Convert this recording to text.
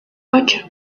ocho